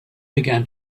began